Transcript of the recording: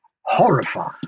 horrifying